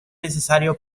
necesario